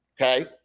okay